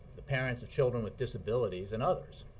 the parents of children with disabilities, and others.